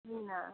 नहि